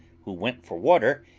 who went for water,